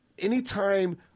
Anytime